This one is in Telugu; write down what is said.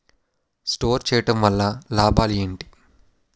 స్టోర్ చేయడం వల్ల లాభాలు ఏంటి?